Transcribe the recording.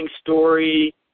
Story